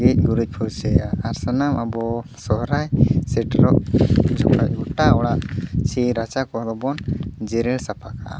ᱜᱮᱡᱼᱜᱩᱨᱤᱡ ᱯᱷᱟᱹᱨᱪᱟᱭᱟ ᱟᱨ ᱥᱟᱱᱟᱢ ᱟᱵᱚ ᱥᱚᱦᱨᱟᱭ ᱥᱮᱴᱮᱨᱚᱜ ᱡᱚᱠᱷᱟᱡ ᱜᱚᱴᱟ ᱚᱲᱟᱜ ᱪᱮ ᱨᱟᱪᱟ ᱠᱚ ᱦᱚᱸᱵᱚᱱ ᱡᱮᱨᱮᱲ ᱥᱟᱯᱷᱟ ᱠᱟᱜᱼᱟ